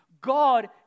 God